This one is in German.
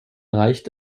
reicht